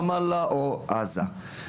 רמאללה או עזה.